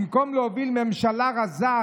במקום להוביל ממשלה רזה,